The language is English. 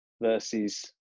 versus